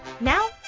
Now